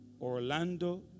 Orlando